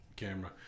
camera